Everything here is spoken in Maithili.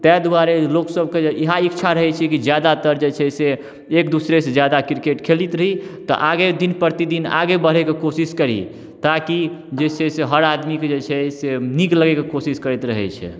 ताहि दुआरे लोकसबके इहए इच्छा रहैत छै कि जादातर जे छै से एक दूसरेसँ जादा क्रिकेट खेलैत रही तऽ आगे दिन प्रतिदिन आगे बढ़ैके कोशिश करी ताकि जे छै से हर आदमीके जे छै से नीक लगैके कोशिश करैत रहैत छै